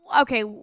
okay